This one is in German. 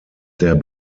der